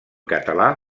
català